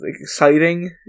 exciting